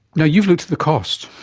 you know you've looked at the cost.